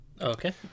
Okay